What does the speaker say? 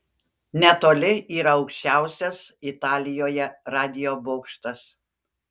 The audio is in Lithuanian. netoli yra aukščiausias italijoje radijo bokštas